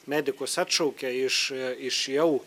medikus atšaukia iš iš jau